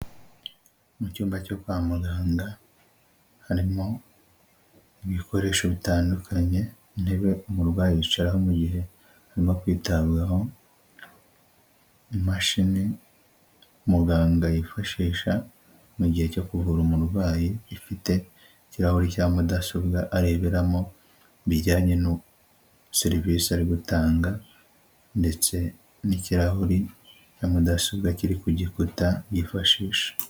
Mu cyumba cyo kwa muganga harimo ibikoresho bitandukanye, intebe umurwayi yicaraho mu gihe arimo kwitabwaho, imashini muganga yifashisha mu gihe cyo kuvura umurwayi ifite ikirahuri cya mudasobwa areberamo ibijyanye na serivisi ari gutanga ndetse n'ikirahuri cya mudasobwa kiri ku gikuta yifashisha.